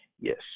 Yes